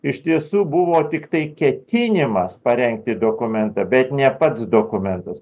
iš tiesų buvo tiktai ketinimas parengti dokumentą bet ne pats dokumentas